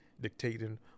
dictating